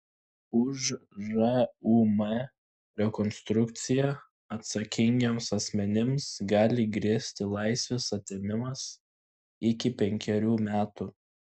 už žūm rekonstrukciją atsakingiems asmenims gali grėsti laisvės atėmimas iki penkerių metų